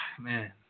man